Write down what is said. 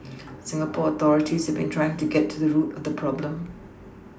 Singapore authorities have been trying to get to the root of the problem